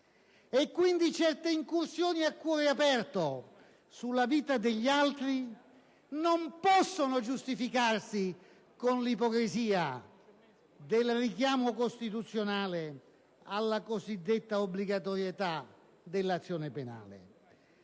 Quindi, certe incursioni a cuore aperto sulla vita degli altri non possono giustificarsi con l'ipocrisia del richiamo costituzionale alla cosiddetta obbligatorietà dell'azione penale.